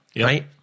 right